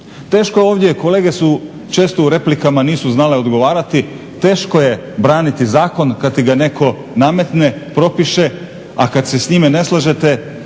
Teško je ovdje, kolege su često u replikama nisu znale odgovarati, teško je braniti zakon kada ti ga netko nametne, propiše, a kada se s njime ne slažete